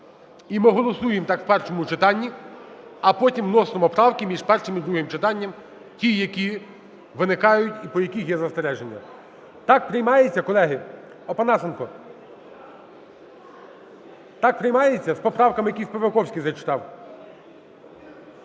І ми голосуємо так в першому читанні, а потім вносимо правки між першим і другим читанням, ті, які виникають і по яких є застереження. Так? Приймається, колеги? Опанасенко! Так, приймається? З поправками, які Співаковський зачитав.